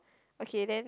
okay then